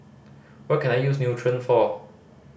what can I use Nutren for